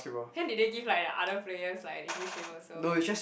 then did they give like the other players like english name also